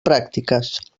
pràctiques